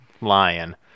lion